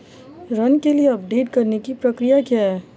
ऋण के लिए आवेदन करने की प्रक्रिया क्या है?